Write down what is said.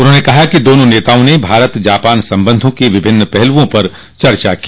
उन्होंने कहा कि दोनों नेताओं ने भारत जापान संबंधों के विभिन्न पहलूओं पर चर्चा की